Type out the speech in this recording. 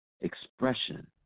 expression